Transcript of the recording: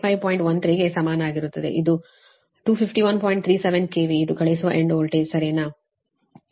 37 KV ಇದು ಕಳುಹಿಸುವ end voltage ಸರಿನಾ